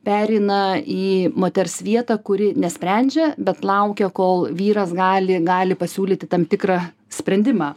pereina į moters vietą kuri nesprendžia bet laukia kol vyras gali gali pasiūlyti tam tikrą sprendimą